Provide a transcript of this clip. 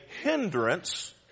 hindrance